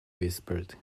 whispered